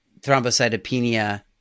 thrombocytopenia